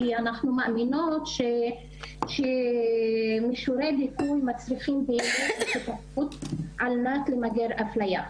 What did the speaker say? כי אנחנו מאמינות שמישורי דיכוי מצליחים באמת על מנת למגר אפליה,